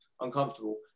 uncomfortable